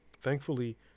Thankfully